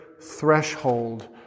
threshold